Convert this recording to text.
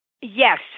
Yes